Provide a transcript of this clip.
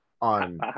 on